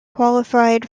qualified